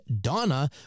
Donna